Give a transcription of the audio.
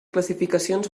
classificacions